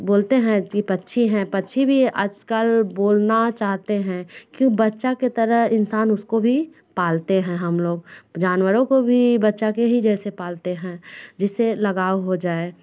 बोलते है कि पक्षी है पक्षी भी आज कल बोलना चाहते हैं कि वो बच्चे के तरह इंसान उसको भी पालते हैं हम लोग जानवरों को भी बच्चे के जैसे ही पालते हैं जिससे लगाव हो जाए